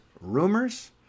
rumors